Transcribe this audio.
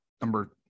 number